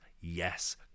Yes